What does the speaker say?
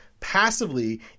passively